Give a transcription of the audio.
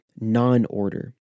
non-order